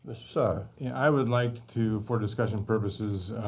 ah saar. yeah, i would like to for discussion purposes